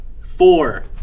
Four